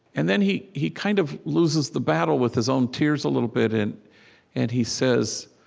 and then he he kind of loses the battle with his own tears a little bit, and and he says,